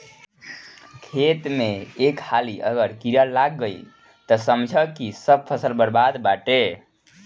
खेत में एक हाली अगर कीड़ा लाग गईल तअ समझअ की सब फसल बरबादे बाटे